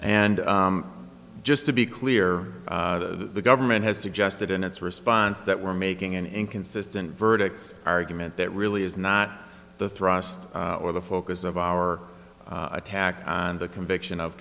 and just to be clear the government has suggested in its response that we're making an inconsistent verdicts argument that really is not the thrust or the focus of our attack and the conviction of